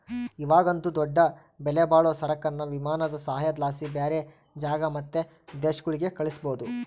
ಇವಾಗಂತೂ ದೊಡ್ಡ ಬೆಲೆಬಾಳೋ ಸರಕುನ್ನ ವಿಮಾನದ ಸಹಾಯುದ್ಲಾಸಿ ಬ್ಯಾರೆ ಜಾಗ ಮತ್ತೆ ದೇಶಗುಳ್ಗೆ ಕಳಿಸ್ಬೋದು